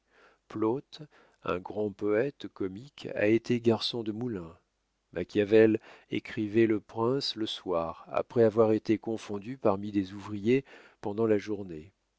un grand poète comique a été garçon de moulin machiavel écrivait le prince le soir après avoir été confondu parmi des ouvriers pendant la journée